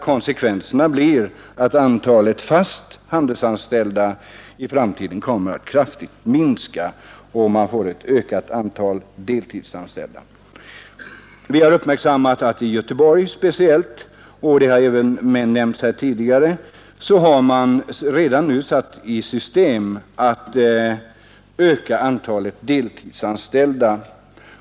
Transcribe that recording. Konsekvenserna blir att antalet fast handelsanställda i framtiden kommer att kraftigt minska och att man får ett ökat antal deltidsanställda. Vi har uppmärksammat att i Göteborg speciellt — det har även nämnts här tidigare — har man redan nu satt i system att öka antalet deltidsanställda.